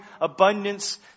abundance